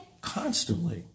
constantly